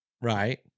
Right